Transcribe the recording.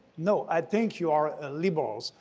no, i think you are a liberal.